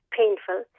painful